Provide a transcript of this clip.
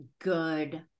good